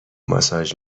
ماساژ